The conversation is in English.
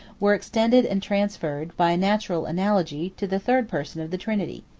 were extended and transferred, by a natural analogy, to the third person of the trinity.